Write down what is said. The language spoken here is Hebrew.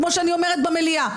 כמו שאני אומרת במליאה,